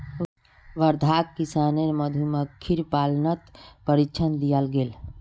वर्धाक किसानेर मधुमक्खीर पालनत प्रशिक्षण दियाल गेल